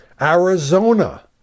Arizona